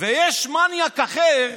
ויש מניאק אחר,